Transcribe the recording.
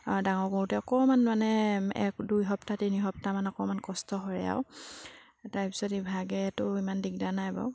ডাঙৰ কৰোঁতে অকণমান মানে এক দুইসপ্তাহ তিনিসপ্তাহমান অকণমান কষ্ট হয় আৰু তাৰপিছত ইভাগেটো ইমান দিগদাৰ নাই বাৰু